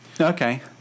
Okay